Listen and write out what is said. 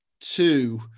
Two